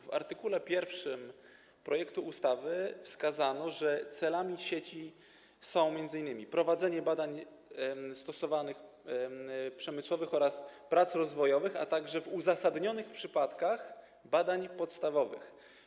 W art. 1 projektu ustawy wskazano, że do celów sieci należy m.in. prowadzenie badań stosowanych i przemysłowych oraz prac rozwojowych, a także w uzasadnionych przypadkach badań podstawowych.